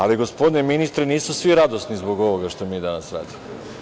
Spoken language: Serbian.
Ali, gospodine ministre, nisu svi radosni zbog ovoga što mi danas radimo.